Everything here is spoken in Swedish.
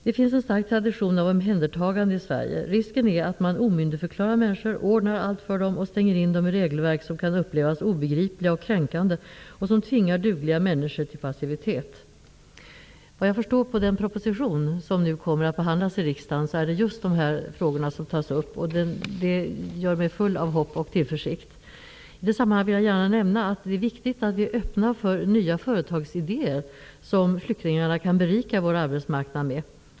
Det finns en stark tradition av omhändertagande i Sverige. Risken är att man omyndigförklarar människor, ordnar allt för dem och stänger in dem i regelverk som kan upplevas obegripliga och kränkande och som tvingar dugliga människor till passivitet. Såvitt jag förstår tas just dessa frågor upp i den proposition som nu kommer att behandlas i riksdagen. Det gör mig full av hopp och tillförsikt. Det är viktigt att vi är öppna för de nya företagsidéer som flyktingarna kan berika vår arbetsmarknad med.